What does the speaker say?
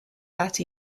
that